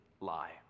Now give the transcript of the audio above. lie